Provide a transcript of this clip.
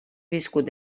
viscut